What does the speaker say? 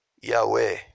Yahweh